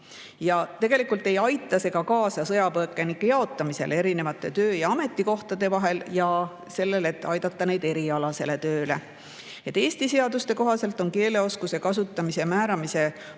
Tegelikult ei aita see kaasa ka sõjapõgenike jaotamisele erinevate töö‑ ja ametikohtade vahel ega sellele, et aidata neid erialasele tööle. Eesti seaduste kohaselt on keeleoskuse määramiseks ikkagi